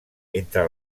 entre